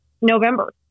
November